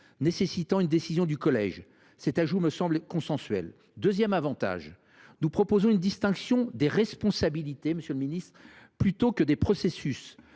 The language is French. nécessitant une décision du collège. Cet ajout me semble consensuel. Deuxième avantage : nous proposons une distinction des responsabilités, monsieur le ministre, plutôt que des processus,